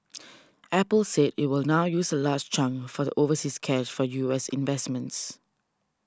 apple said it will now use a large chunk of the overseas cash for U S investments